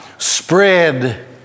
spread